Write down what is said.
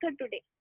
today